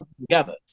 together